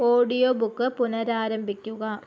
audiobook പുനരാരംഭിക്കുക